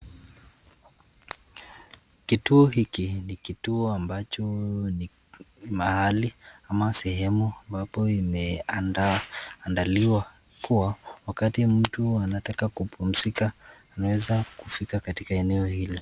Kituo hiki ni kituo ambacho ni mahali ama sehemu ambapo imeandaliwa kuwa wakati mtu anataka kupumzika anaweza kufika katika eneo hili.